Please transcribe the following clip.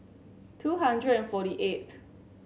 two hundred and forty eighth